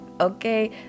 okay